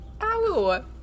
Ow